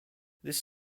this